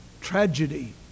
tragedy